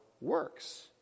works